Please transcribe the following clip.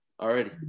already